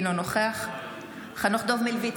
אינו נוכח חנוך דב מלביצקי,